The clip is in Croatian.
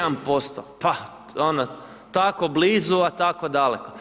1%, pa ono, tako blizu, a tako daleko.